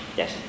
yes